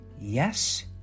Yes